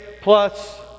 plus